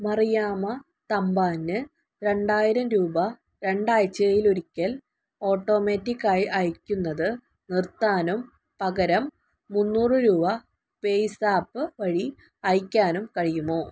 മറിയാമ്മ തമ്പാന് രണ്ടായിരം രൂപ രണ്ടാഴ്ചയിലൊരിക്കൽ ഓട്ടോമാറ്റിക്ക് ആയി അയക്കുന്നത് നിർത്താനും പകരം മുന്നൂറ് രൂപ പേയ്സാപ്പ് വഴി അയക്കാനും കഴിയുമോ